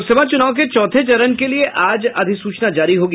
लोकसभा चुनाव के चौथे चरण के लिये आज अधिसूचना जारी होगी